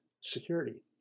security